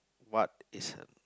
what is